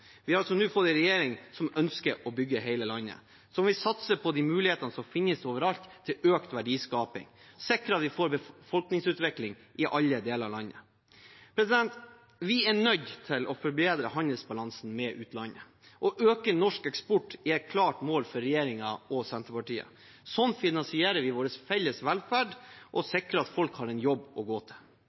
Vi har nå fått en regjering som ønsker å bygge hele landet, som vil satse på de mulighetene som finnes overalt til økt verdiskaping, sikre at vi får befolkningsutvikling i alle deler av landet. Vi er nødt til å forbedre handelsbalansen med utlandet. Å øke norsk eksport er et klart mål for regjeringen og Senterpartiet. Slik finansierer vi vår felles velferd og sikrer at folk har en jobb å gå til.